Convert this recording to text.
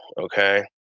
okay